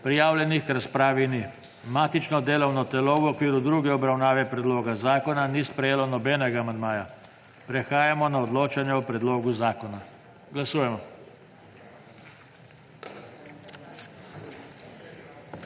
Prijavljenih k razpravi ni. Matično delovno telo v okviru druge obravnave predloga zakona ni sprejelo nobenega amandmaja. Prehajamo na odločanje o predlogu zakona. Glasujemo.